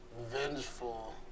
vengeful